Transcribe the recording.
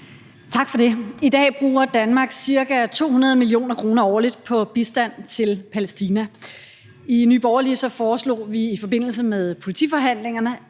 Tak for det. I dag bruger Danmark ca. 200 mio. kr. årligt på bistand til Palæstina. I Nye Borgerlige foreslog vi i forbindelse med politiforhandlingerne